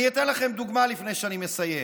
אני אתן לכם דוגמה לפני שאני מסיים.